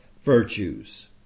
virtues